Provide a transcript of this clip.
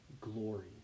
glory